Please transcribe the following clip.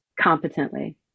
competently